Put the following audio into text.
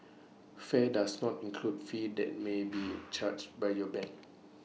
fare does not include fees that may be charged by your bank